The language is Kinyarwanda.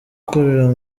ukorera